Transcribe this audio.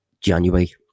January